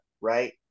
right